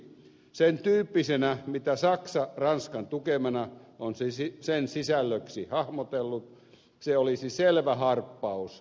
sen tyyppisenä mitä saksa ranskan tukemana on sen sisällöksi hahmotellut se olisi selvä harppaus liittovaltion suuntaan